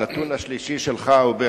הנתון השלישי שלך הוא,